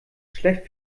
schlecht